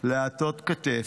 להטות כתף,